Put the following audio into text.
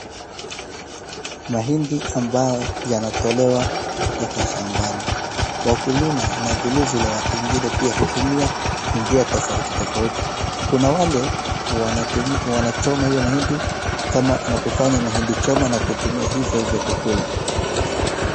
Mahindi ambayo yanatolewa kutoka shambani. Wakulima na vilevile watu wengine pia hutumia njia tofautitofauti. Kuna wale wanachoma hio mahindi na kufanya mahindi choma na kutumia hivyohivyo kukula.